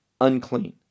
unclean